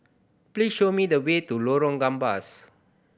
please show me the way to Lorong Gambas